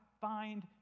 find